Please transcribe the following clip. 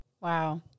Wow